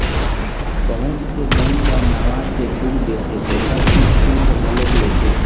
बहुत से बेंक ह नवा चेकबूक देथे तेखर कुछ सुल्क घलोक लेथे